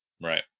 Right